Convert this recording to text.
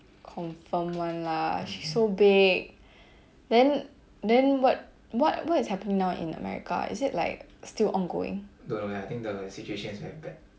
confirm one lah she so big then then what what what is happening now in america ah is it like still ongoing